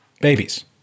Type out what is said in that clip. babies